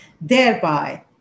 thereby